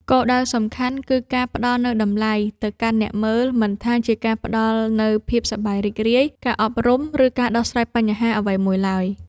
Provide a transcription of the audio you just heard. គោលដៅសំខាន់គឺការផ្តល់នូវតម្លៃ ទៅកាន់អ្នកមើល មិនថាជាការផ្ដល់នូវភាពសប្បាយរីករាយ ការអប់រំ ឬការដោះស្រាយបញ្ហាអ្វីមួយឡើយ។